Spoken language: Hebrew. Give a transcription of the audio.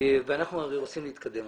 ואנחנו הרי רוצים להתקדם.